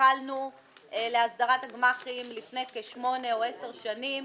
התחלנו להסדרת הגמ"חים לפני כשמונה או 10 שנים,